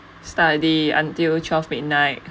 study until twelve midnight